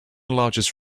largest